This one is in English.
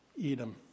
Edom